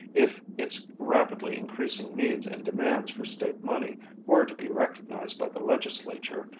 if its rapidly increasing needs and demands for state money were to be recognized by the legislature,